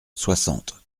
soixante